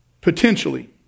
potentially